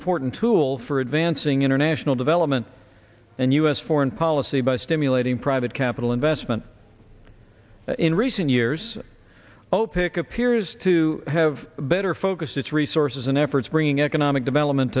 important tool for advancing international development and u s foreign policy by stimulating private capital investment in recent years oh pick appears to have better focus its resources and efforts bringing economic development